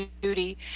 duty